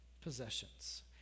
possessions